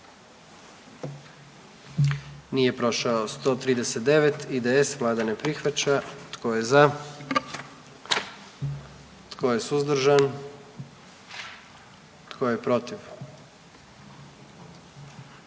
zastupnika SDP-a, vlada ne prihvaća. Tko je za? Tko je suzdržan? Tko je protiv?